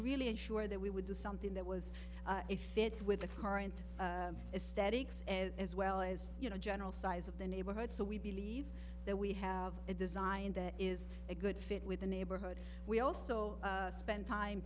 really ensure that we would do something that was a fit with the current is steady chs and as well as you know general size of the neighborhood so we believe that we have a design that is a good fit with the neighborhood we also spent time